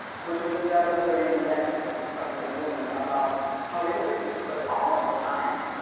which was another learning lesson from this woman about how we look at people, but all the time,